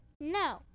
No